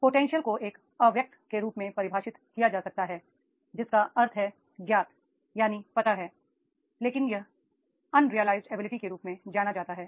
potential को एक अव्यक्त के रूप में परिभाषित किया जा सकता है जिसका अर्थ है 'ज्ञात' यानी 'पता है' सही है ना लेकिन यह अनरिलाइज्ड एबिलिटी के रूप में जाना जाता है